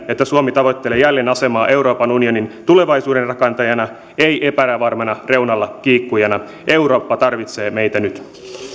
että suomi tavoittelee jälleen asemaa euroopan unionin tulevaisuuden rakentajana ei epävarmana reunalla kiikkujana eurooppa tarvitsee meitä nyt